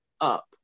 up